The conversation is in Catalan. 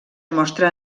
mostra